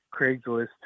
Craigslist